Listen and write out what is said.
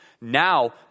Now